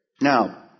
Now